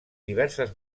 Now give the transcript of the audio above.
diverses